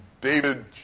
David